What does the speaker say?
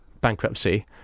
bankruptcy